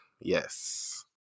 Yes